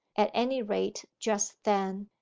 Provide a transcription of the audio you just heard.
at any rate just then.